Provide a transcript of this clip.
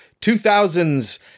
2000's